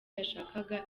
yashakaga